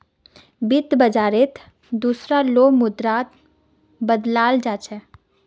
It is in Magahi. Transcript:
वित्त बाजारत दुसरा लो मुद्राक बदलाल जा छेक